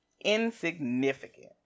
Insignificant